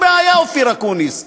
רשמת פרלמנטרית יקרה,